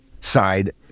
side